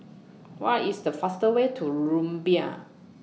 What IS The fastest Way to Rumbia